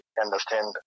understand